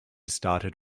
started